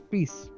Peace